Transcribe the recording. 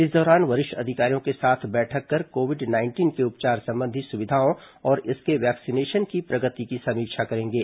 इस दौरान वरिष्ठ अधिकारियों के साथ बैठक कर कोविड नाइंटीन के उपचार संबंधी सुविधाओं और इसके वैक्सीनेशन की प्रगति की समीक्षा करेंगे